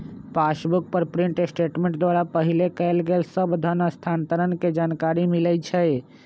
passbook पर print statement द्वारा पहिले कएल गेल सभ धन स्थानान्तरण के जानकारी मिलइ छइ